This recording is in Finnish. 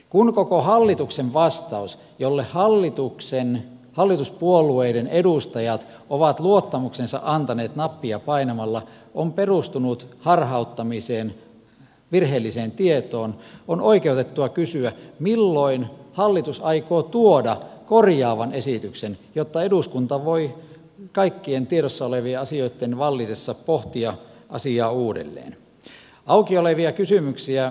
kun koko hallituksen vastaus jolle hallituspuolueiden edustajat ovat luottamuksensa antaneet nappia painamalla on perustunut harhauttamiseen virheelliseen tietoon on oikeutettua kysyä milloin hallitus aikoo tuoda korjaavan esityksen jotta eduskunta voi kaikkien tiedossa olevien asioitten vallitessa pohtia asiaa uudelleen